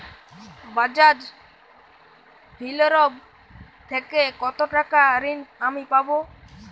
বাজাজ ফিন্সেরভ থেকে কতো টাকা ঋণ আমি পাবো?